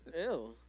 Ew